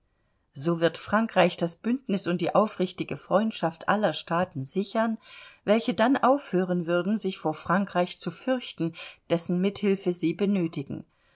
so wird sich frankreich das bündnis und die aufrichtige freundschaft aller staaten sichern welche dann aufhören würden sich vor frankreich zu fürchten dessen mithilfe sie benötigten